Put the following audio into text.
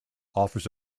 offers